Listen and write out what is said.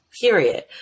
period